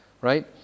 right